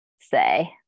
say